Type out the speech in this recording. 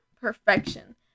perfection